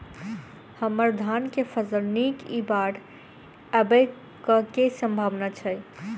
हम्मर धान केँ फसल नीक इ बाढ़ आबै कऽ की सम्भावना छै?